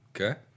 Okay